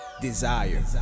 desire